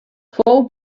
fou